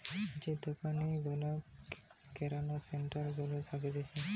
যে দোকান গুলা কিরানা স্টোর গুলা থাকতিছে